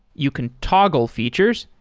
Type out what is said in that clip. you can toggle features.